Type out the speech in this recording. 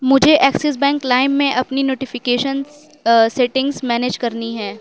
مجھے Axis bank لائم میں اپنی نوٹیفیکیشنس سیٹنگس مینیج کرنی ہے